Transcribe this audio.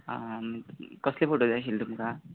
आं कसले फोटो जाय आशिल्ले तुमकां